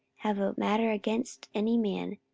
have a matter against any man,